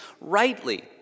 rightly